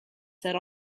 set